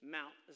Mount